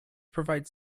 provide